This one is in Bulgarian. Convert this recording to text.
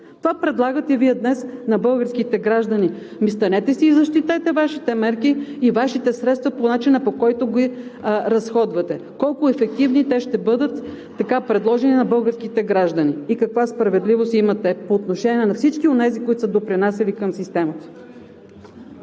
Това предлагате Вие днес на българските граждани. Ами станете и си защитете Вашите мерки и Вашите средства по начина, по който ги разходвате – колко ефективни те ще бъдат така предложени на българските граждани и каква справедливост имат те по отношение на всички онези, които са допринасяли към системата?